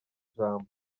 ijambo